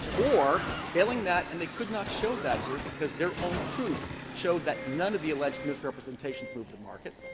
or failing that and they could not show that here because their own proof showed that none of the alleged misrepresentations moved the market.